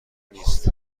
نیست